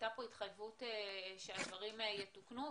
הייתה פה התחייבות שהדברים יתוקנו.